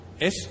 Es